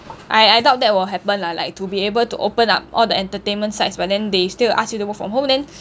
I I doubt that will happen lah like to be able to open up all the entertainment sites but then they still ask you to work from home then